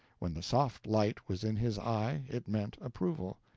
when the soft light was in his eye it meant approval,